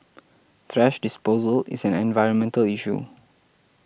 thrash disposal is an environmental issue